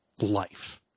life